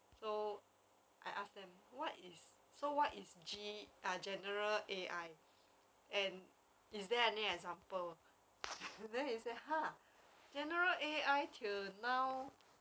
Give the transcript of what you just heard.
so I ask them what is so what is G ah general A_I and is there any example then he say ha general A_I till now